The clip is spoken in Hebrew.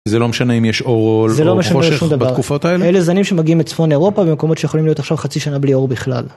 זה לא משנה אם יש אור או לאור או חושך בתקופות האלה? אלה זנים שמגיעים מצפון אירופה במקומות שיכולים להיות עכשיו חצי שנה בלי אור בכלל.